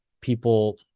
people